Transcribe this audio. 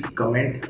comment